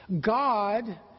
God